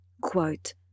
quote